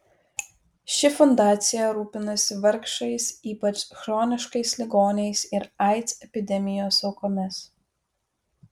ši fundacija rūpinasi vargšais ypač chroniškais ligoniais ir aids epidemijos aukomis